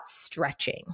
stretching